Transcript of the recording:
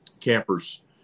campers